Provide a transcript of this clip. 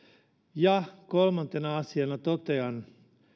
ja kolmantena asiana totean